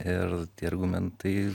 ir tie argumentai